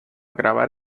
grabar